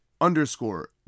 underscore